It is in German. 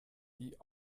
die